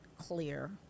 clear